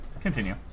Continue